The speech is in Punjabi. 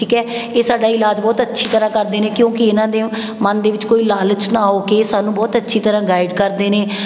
ਠੀਕ ਹੈ ਇਹ ਸਾਡਾ ਇਲਾਜ ਬਹੁਤ ਅੱਛੀ ਤਰ੍ਹਾਂ ਕਰਦੇ ਨੇ ਕਿਉਂਕਿ ਇਹਨਾਂ ਦੇ ਮਨ ਦੇ ਵਿੱਚ ਕੋਈ ਲਾਲਚ ਨਾ ਹੋ ਕੇ ਸਾਨੂੰ ਬਹੁਤ ਅੱਛੀ ਤਰ੍ਹਾਂ ਗਾਈਡ ਕਰਦੇ ਨੇ